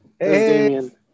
Hey